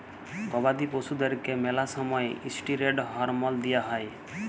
গবাদি পশুদ্যারকে ম্যালা সময়ে ইসটিরেড হরমল দিঁয়া হয়